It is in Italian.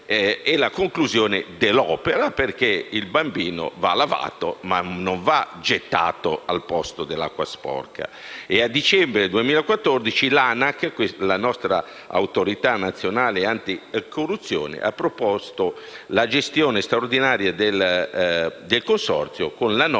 e la conclusione dell'opera, perché il bambino va lavato, ma non va gettato al posto dell'acqua sporca. A dicembre 2014, l'ANAC (Autorità nazionale anticorruzione) ha proposto la gestione straordinaria del Consorzio, con la nomina